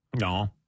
no